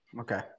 Okay